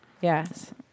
Yes